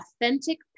authentic